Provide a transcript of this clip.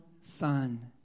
son